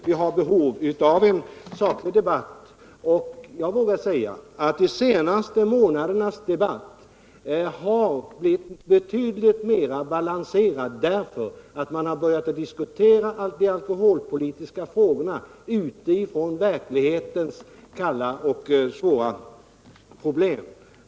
Vi har behov av en saklig debatt och jag vågar säga att de senaste månadernas debatt har varit betydligt mer balanserad därför att man har börjat diskutera de alkoholpolitiska frågorna utifrån verklighetens kalla och svåra villkor.